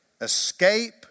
escape